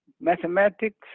mathematics